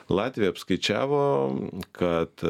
latvija apskaičiavo kad